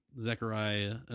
Zechariah